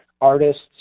artists